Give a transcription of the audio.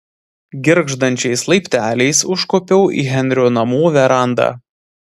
girgždančiais laipteliais užkopiau į henrio namų verandą